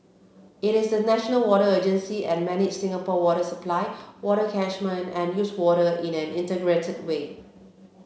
it is the national water agency and manages Singapore water supply water catchment and used water in an integrated way